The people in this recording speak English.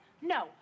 No